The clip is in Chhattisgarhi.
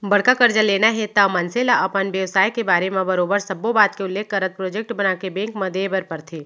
बड़का करजा लेना हे त मनसे ल अपन बेवसाय के बारे म बरोबर सब्बो बात के उल्लेख करत प्रोजेक्ट बनाके बेंक म देय बर परथे